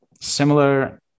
similar